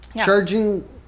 Charging